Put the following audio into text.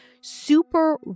super